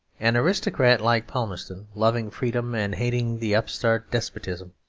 an aristocrat like palmerston, loving freedom and hating the upstart despotism,